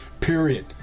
Period